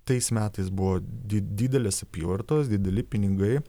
tais metais buvo di didelės apyvartos dideli pinigai